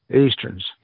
Easterns